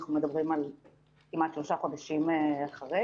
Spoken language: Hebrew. אנחנו מדברים על כמעט שלושה חודשים אחרי.